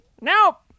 Nope